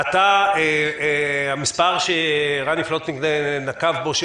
המספר שרני פלוטניק נקב בו,